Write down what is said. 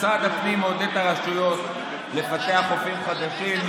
משרד הפנים מעודד את הרשויות לפתח חופים חדשים,